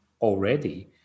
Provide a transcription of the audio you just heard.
already